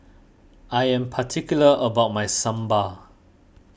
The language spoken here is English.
I am particular about my Sambar